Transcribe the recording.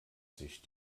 sich